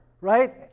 right